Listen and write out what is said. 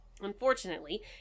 Unfortunately